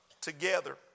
together